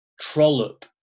trollop